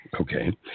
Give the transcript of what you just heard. Okay